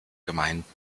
gemeinden